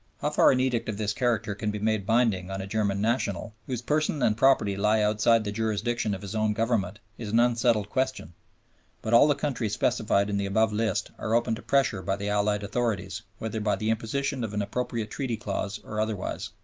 how far an edict of this character can be made binding on a german national, whose person and property lie outside the jurisdiction of his own government, is an unsettled question but all the countries specified in the above list are open to pressure by the allied authorities, whether by the imposition of an appropriate treaty clause or otherwise.